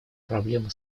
проблемы